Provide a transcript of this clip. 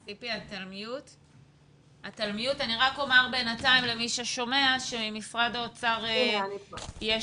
אני רק אומר למי ששומע שממשרד האוצר יש